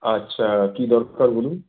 আচ্ছা কি দরকার বলুন